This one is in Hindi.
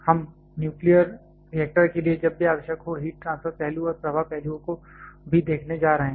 हम न्यूक्लियर रिएक्टर के लिए जब भी आवश्यक हो हीट ट्रांसफर पहलू और प्रवाह पहलुओं को भी देखने जा रहे हैं